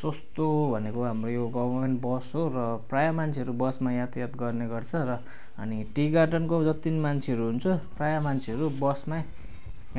सस्तो भनेको हाम्रो यो गभर्नमेन्ट बस हो र प्रायः मान्छेहरू बसमा यातायात गर्ने गर्छ र अनि टि गार्डनको जति नि मान्छेहरू हुन्छ प्रायः मान्छेहरू बसमै